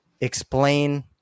explain